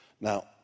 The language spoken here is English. Now